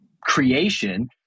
creation